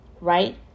right